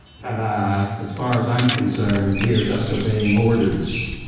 ta-da! as far as i'm concerned, we're just obeying orders.